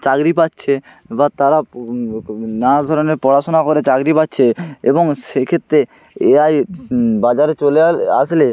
চাকরি পাচ্ছে বা তারা নানা ধরনের পড়াশোনা করে চাকরি পাচ্ছে এবং সেক্ষেত্রে এ আই বাজারে চলে আল আসলে